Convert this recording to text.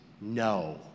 no